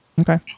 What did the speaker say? Okay